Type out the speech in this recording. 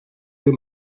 bir